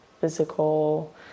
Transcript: physical